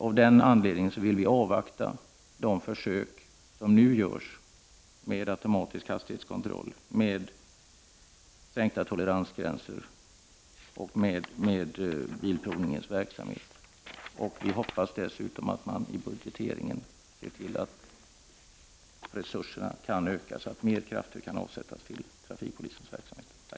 Av den anledningen vill vi avvakta de försök som görs med automatisk hastighetskontroll och med sänkta toleransgränser och resultatet av bilprovningsverksamheten. Vi hoppas dessutom att man i budgetarbetet ser till att resurserna kan ökas och mer krafter avsättas till trafikpolitisk verksamhet.